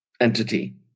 entity